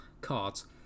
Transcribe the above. cards